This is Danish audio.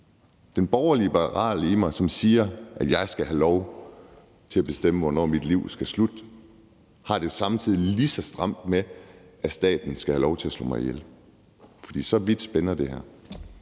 den borgerlig-liberale i mig, som siger, at jeg skal have lov til at bestemme, hvornår mit liv skal slutte, har det samtidig lige så stramt med, at staten skal have lov til at slå mig ihjel. For så vidt spænder det her.